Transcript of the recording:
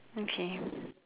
okay